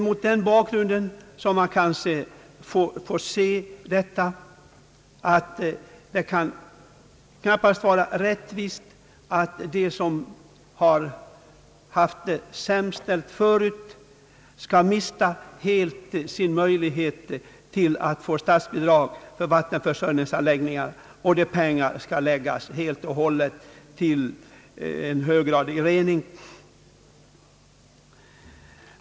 Mot den bakgrunden kan det knappast vara rättvist att de som haft det sämst ställt förut helt skall mista sin möjlighet att få statsbidrag för vattenförsörjningsanläggningar och att pengarna skall användas helt och hållet till en höggradig rening.